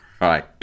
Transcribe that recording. right